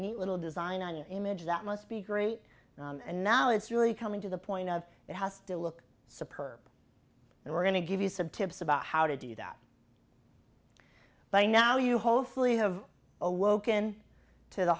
neat little design on your image that must be great and now it's really coming to the point of it has to look so perfect and we're going to give you some tips about how to do that by now you hopefully have